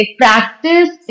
practice